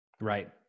Right